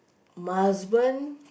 my husband